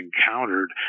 encountered